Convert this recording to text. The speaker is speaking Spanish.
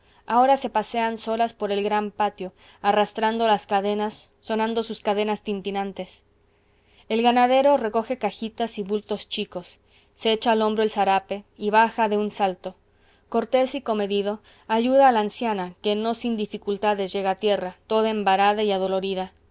ahora se pasean solas por el gran patio arrastrando las cadenas sonando sus cadenas tintinantes el ganadero recoge cajitas y bultos chicos se echa al hombro el zarape y baja de un salto cortés y comedido ayuda a la anciana que no sin dificultades llega a tierra toda envarada y adolorida